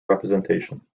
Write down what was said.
representation